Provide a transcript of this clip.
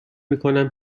میکنم